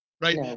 right